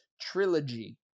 trilogy